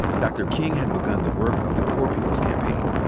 dr. king had begun the work of the poor people's campaign,